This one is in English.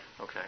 Okay